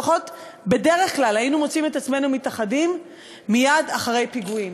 לפחות בדרך כלל היינו מוצאים את עצמנו מתאחדים מייד אחרי פיגועים.